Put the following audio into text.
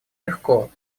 легко